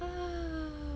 ah